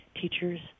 teachers